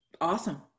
Awesome